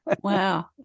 Wow